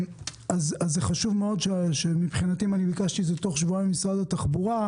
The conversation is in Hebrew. זה חשוב מאוד שמבחינתי אם אני ביקשתי את זה תוך שבועיים ממשרד התחבורה,